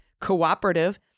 cooperative